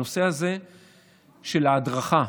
הנושא הזה של ההדרכה,